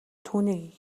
түүнийг